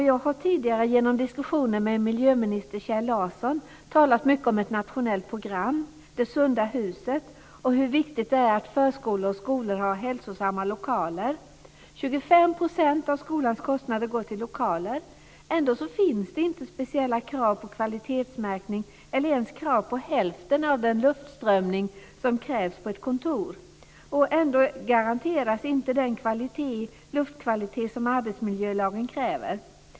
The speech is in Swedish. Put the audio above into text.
Jag har tidigare genom diskussioner med miljöminister Kjell Larsson talat mycket om ett nationellt program, Det sunda huset, och om hur viktigt det är att förskolor och skolor har hälsosamma lokaler. 25 % av skolans kostnader går till lokaler. Ändå finns det inte speciella krav på kvalitetsmärkning eller ens krav på hälften av den luftströmning som krävs på ett kontor. Den luftkvalitet som arbetsmiljölagen kräver garanteras inte.